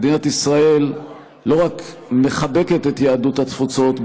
מדינת ישראל לא רק מחבקת את יהדות התפוצות,